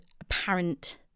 apparent